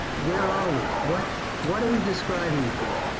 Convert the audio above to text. where are we, what, what are we describing here.